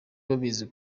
babizi